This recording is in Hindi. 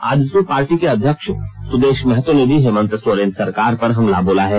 आजसू पार्टी के अध्यक्ष सुदेश महतो ने भी हेमन्त सोरेन सरकार पर हमला बोला है